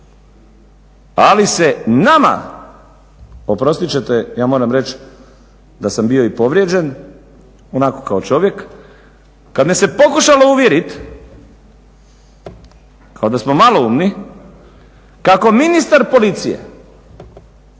ali se nama oprostit ćete ja moram reći da sam bio i povrijeđen onako kao čovjek kad me se pokušalo uvjerit kao da smo maloumni kako ministar policije,